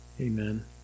Amen